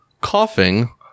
Coughing